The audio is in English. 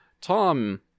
Tom